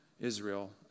Israel